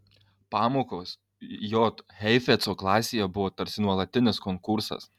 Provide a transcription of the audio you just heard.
pamokos j heifetzo klasėje buvo tarsi nuolatinis konkursas